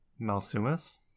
Malsumus